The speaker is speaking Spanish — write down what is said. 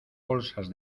bolsas